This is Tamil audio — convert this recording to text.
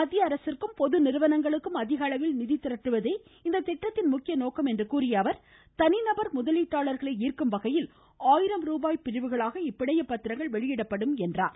மத்திய அரசிற்கும் பொது நிறுவனங்களுக்கும் அதிகளவில் நிதி திரட்டுவதே இத்திட்டத்தின் முக்கிய நோக்கம் என்று தெரிவித்த அவர் தனிநபர் முதலீட்டாளர்களை ஈர்க்கும் வகையில் ஆயிரம் ரூபாய் பிரிவுகளாக இப்பிணையப் பத்திரங்கள் வெளியிடப்படும் என்றார்